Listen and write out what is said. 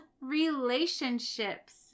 Relationships